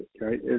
right